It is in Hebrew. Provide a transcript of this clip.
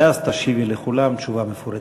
ואז תשיבי לכולם תשובה מפורטת.